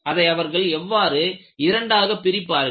அதை அவர்கள் எவ்வாறு இரண்டாக பிரிப்பார்கள்